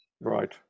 right